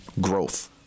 growth